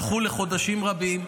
הלכו לחודשים רבים,